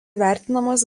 vertinamas